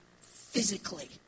physically